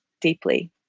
deeply